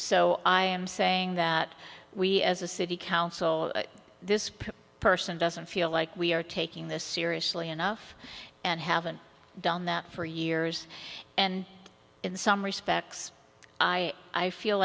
so i am saying that we as a city council this person doesn't feel like we are taking this seriously enough and haven't done that for years and in some respects i i feel